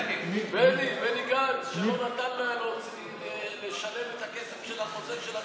בני גנץ לא נתן לשלם את הכסף של החוזה של החיסונים,